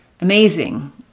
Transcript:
amazing